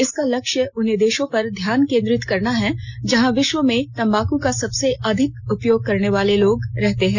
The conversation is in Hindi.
इसका लक्ष्य उन देशों पर ध्यान केन्द्रित करना है जहां विश्व में तम्बाकू का सबसे अधिक उपयोग करने वाले लोग रहते हैं